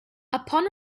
upon